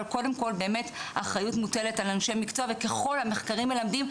אבל קודם כל באמת האחריות מוטלת על אנשי מקצוע והמחקרים מלמדים,